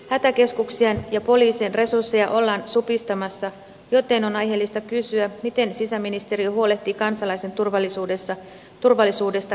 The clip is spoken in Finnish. hätäkeskuksien ja poliisien resursseja ollaan supistamassa joten on aiheellista kysyä miten sisäministeriö huolehtii kansalaisen turvallisuudesta kriisitilanteessa